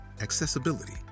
accessibility